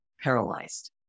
paralyzed